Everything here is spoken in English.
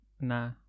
Nah